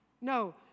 No